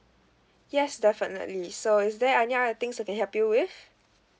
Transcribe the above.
yes definitely so is there any other things I can help you with